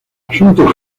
asuntos